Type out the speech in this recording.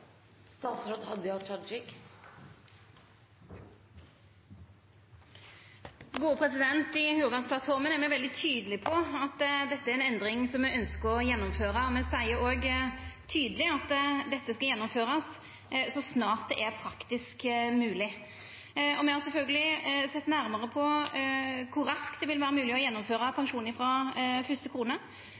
I Hurdalsplattforma er me veldig tydelege på at dette er ei endring som me ønskjer å gjennomføra. Me seier òg tydeleg at dette skal gjennomførast så snart det er praktisk mogleg, og me har sjølvsagt sett nærmare på kor raskt det vil vera mogleg å gjennomføra pensjon frå fyrste